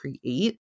create